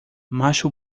macho